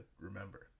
remember